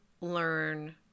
learn